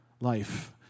life